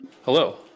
hello